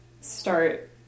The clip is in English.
start